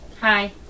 Hi